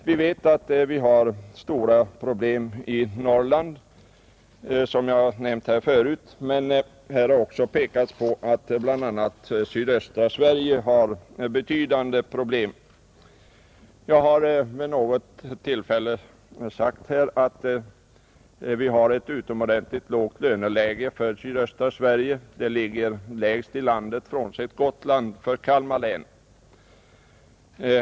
Vi vet att vi har stora problem i Norrland, som jag nämnt förut, men här har också pekats på att bl.a. sydöstra Sverige har betydande problem. Jag har vid något tillfälle sagt att man har ett utomordentligt lågt löneläge i sydöstra Sverige. Det är, frånsett Gotland, lägst i landet för Kalmar län.